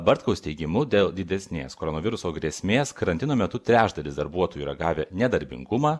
bartkaus teigimu dėl didesnės koronaviruso grėsmės karantino metu trečdalis darbuotojų yra gavę nedarbingumą